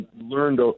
learned